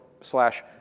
slash